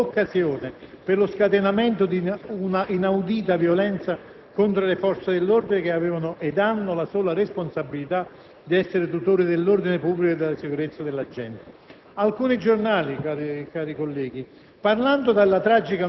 che l'avvenimento sportivo non rappresentava la causa ma solo l'occasione per lo scatenamento di un'inaudita violenza contro le forze dell'ordine che avevano e hanno la sola responsabilità di essere tutori dell'ordine pubblico e della sicurezza della gente.